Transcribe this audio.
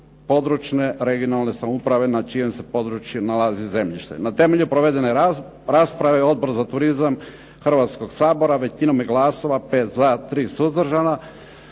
područne (regionalne) samouprave na čijem se području nalazi zemljište. Na temelju provedene rasprave Odbor za turizam Hrvatskog sabora većinom je glasova 5 za, 3 suzdržana